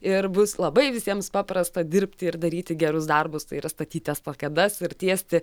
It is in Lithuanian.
ir bus labai visiems paprasta dirbti ir daryti gerus darbus tai yra statyti estakadas ir tiesti